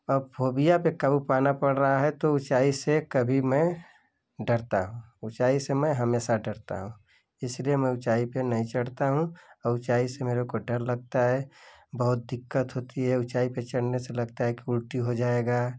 अब फोबिया पर काबू पाना पर रहा है तो ऊँचाई से कभी मैं डरता हूँ ऊँचाई से मैं हमेशा डरता हूँ इसलिए मैं ऊँचाई पर नहीं चढ़ता हूँ औ ऊँचाई से मेरे को डर लगता है बहुत दिक्कत होती है ऊँचाई पर चढ़ने से लगता है कि उल्टी हो जाएगा